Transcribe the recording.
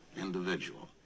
individual